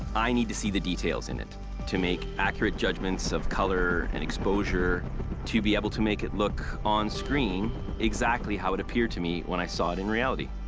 i need to see the details in it to make accurate judgments of color and exposure to be able to make it look on screen exactly how it appeared to me when i saw it in reality.